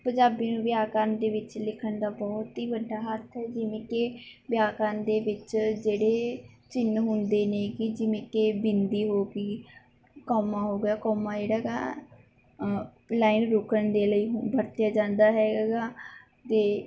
ਪੰਜਾਬੀ ਨੂੰ ਵਿਆਕਰਨ ਦੇ ਵਿੱਚ ਲਿਖਣ ਦਾ ਬਹੁਤ ਹੀ ਵੱਡਾ ਹੱਥ ਹੈ ਜਿਵੇਂ ਕਿ ਵਿਆਕਰਨ ਦੇ ਵਿੱਚ ਜਿਹੜੇ ਚਿੰਨ੍ਹ ਹੁੰਦੇ ਨੇ ਕਿ ਜਿਵੇਂ ਕਿ ਬਿੰਦੀ ਹੋ ਗਈ ਕੌਮਾ ਹੋ ਗਿਆ ਕੌਮਾ ਜਿਹੜਾ ਹੈਗਾ ਲਾਈਨ ਰੁਕਣ ਦੇ ਲਈ ਵਰਤਿਆ ਜਾਂਦਾ ਹੈਗਾ ਹੈਗਾ ਅਤੇ